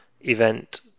event